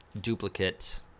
Duplicate